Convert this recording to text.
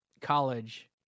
college